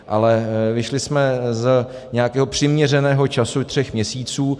Ale vyšli jsme z nějakého přiměřeného času tří měsíců.